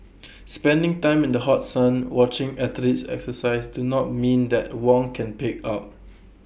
spending time in the hot sun watching athletes exercise do not mean that Wong can pig out